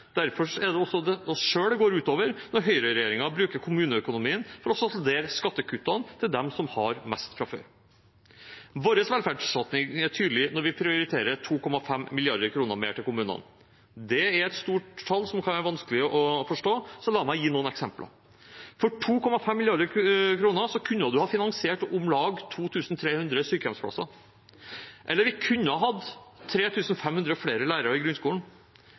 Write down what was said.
derfor er det også oss selv det går ut over når høyreregjeringen bruker kommuneøkonomien for å saldere skattekuttene til dem som har mest fra før. Vår velferdssatsing er tydelig når vi prioriterer 2,5 mrd. kr mer til kommunene. Det er et stort tall som kan være vanskelig å forstå, så la meg gi noen eksempler: For 2,5 mrd. kr kunne man ha finansiert om lag 2 300 sykehjemsplasser, eller vi kunne ha hatt 3 500 flere lærere i grunnskolen.